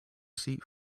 seat